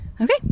Okay